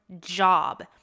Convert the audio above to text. job